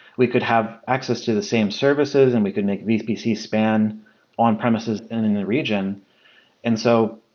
we could have access to the same services and we could make vpc span on-premises and in a region. and so